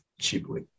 cheaply